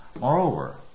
Moreover